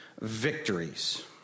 victories